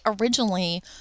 originally